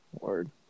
Word